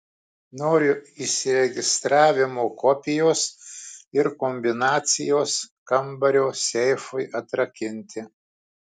noriu įsiregistravimo kopijos ir kombinacijos kambario seifui atrakinti